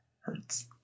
Hurts